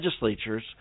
legislatures